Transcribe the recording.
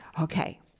Okay